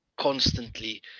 constantly